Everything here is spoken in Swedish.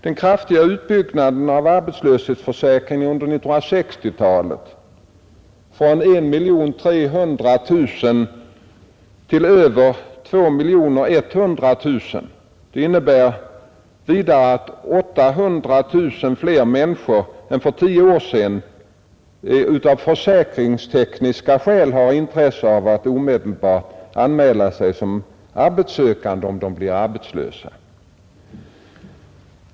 Den kraftiga utbyggnaden av arbetslöshetsförsäkringen under 1960-talet — från 1 300 000 till över 2 100 000 — innebär vidare att 800 000 fler människor än för 10 år sedan av försäkringstekniska skäl har intresse av att omedelbart anmäla sig som arbetssökande om de blir arbetslösa.